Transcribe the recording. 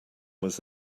was